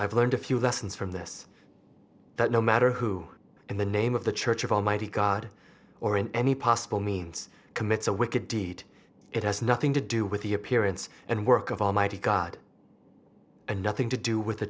i've learned a few lessons from this that no matter who in the name of the church of almighty god or in any possible means commits a wicked deed it has nothing to do with the appearance and work of almighty god and nothing to do with the